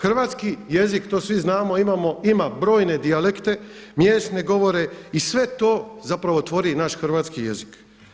Hrvatski jezik, to svi znamo ima brojne dijalekte, mjesne govore i sve to zapravo tvori naš hrvatski jezik.